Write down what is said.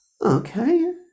Okay